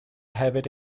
hefyd